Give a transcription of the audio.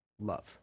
love